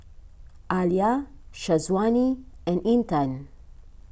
Alya Syazwani and Intan